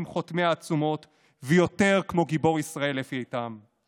חותמי העצומות ויותר כמו גיבור ישראל אפי איתם.